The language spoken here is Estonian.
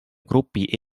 grupi